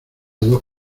dos